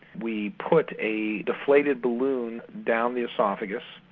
we put a deflated balloon down the oesophagus,